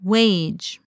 Wage